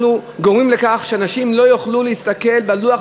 אנחנו גורמים לכך שאנשים לא יוכלו להסתכל בלוח,